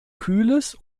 kühles